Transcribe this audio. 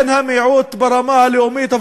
הן המיעוט ברמה הלאומית,